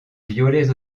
violets